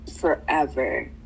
forever